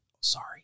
Sorry